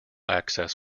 access